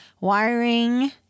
wiring